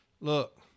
Look